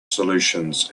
solutions